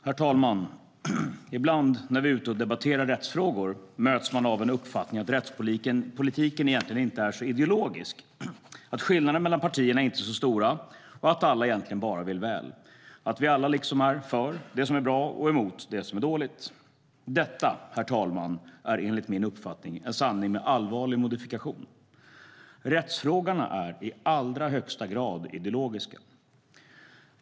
Herr talman! Ibland när vi debatterar rättsfrågor möts vi av en uppfattning att rättspolitiken egentligen inte är så ideologisk, att skillnaderna mellan partierna inte är så stora och att alla egentligen bara vill väl - att vi alla liksom är för det som är bra och emot det som är dåligt. Detta, herr talman, är enligt min uppfattning en sanning med allvarlig modifikation. Rättsfrågorna är i allra högsta grad ideologiska.